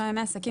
3 ימי עסקים.